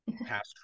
past